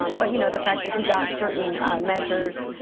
um but you know the fact that he got certain measures